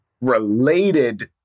related